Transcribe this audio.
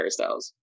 hairstyles